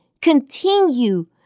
continue